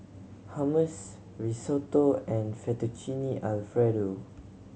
Hummus Risotto and Fettuccine Alfredo